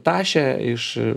tašę iš